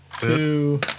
two